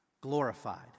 glorified